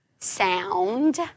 sound